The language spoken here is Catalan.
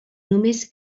només